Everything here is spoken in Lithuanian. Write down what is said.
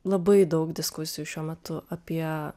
labai daug diskusijų šiuo metu apie